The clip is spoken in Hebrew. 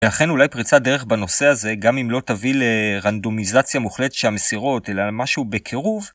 ואכן אולי פריצת דרך בנושא הזה גם אם לא תביא לרנדומיזציה מוחלטת של המסירות אלא משהו בקירוב.